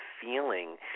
feeling